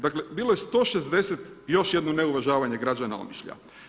Dakle bilo je 160, i još jedno neuvažavanje građana Omišlja.